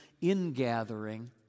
ingathering